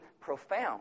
profound